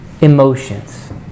emotions